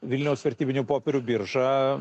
vilniaus vertybinių popierių birža